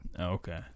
Okay